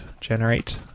generate